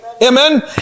Amen